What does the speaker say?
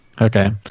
Okay